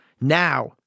Now